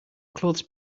clothes